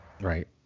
right